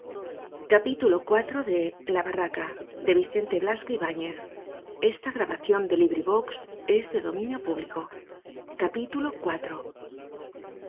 la barraca de